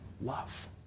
love